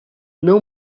não